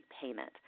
payment